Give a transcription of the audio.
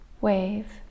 wave